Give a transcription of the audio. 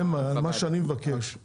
מה שאני מבקש זה